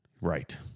right